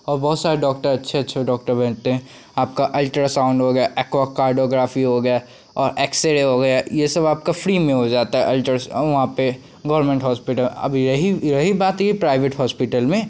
और बहुत सारे डॉक्टर अच्छे अच्छे डॉक्टर बनते हैं आपका अल्ट्रासाउंड हो गया एक्वा कार्डोग्राफी हो गया और एक्सरे हो गया ये सब आपका फ्री में हो जाता है अल्ट्रासाउं वहाँ पर गोरमेंट हॉस्पिटल अब यही यही बात ही प्राइवेट होस्पिटल में